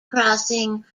crossing